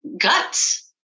guts